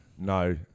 No